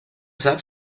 sap